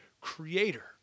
creator